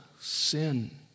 sin